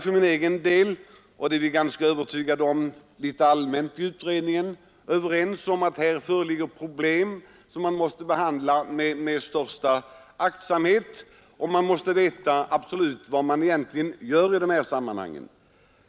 För min del anser jag — och den uppfattningen delas skulle jag tro rätt allmänt av utredningen — att här föreligger problem som måste behandlas med största aktsamhet och att man absolut måste veta vad man gör i dessa sammanhang.